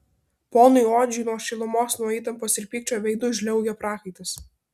ponui odžiui nuo šilumos nuo įtampos ir pykčio veidu žliaugė prakaitas